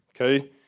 Okay